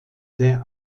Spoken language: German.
der